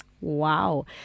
Wow